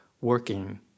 working